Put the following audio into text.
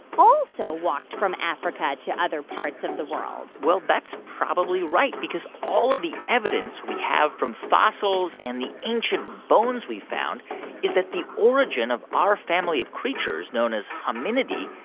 also walked from africa to other parts of the world well, that's probably right because all of the evidence we have from fossils and the ancient bones we've found is that the origin of our family of creatures, known as hominidae,